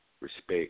respect